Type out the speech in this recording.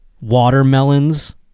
watermelons